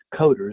coders